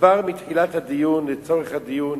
כבר מתחילת הדיון לצורך הדיון